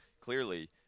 clearly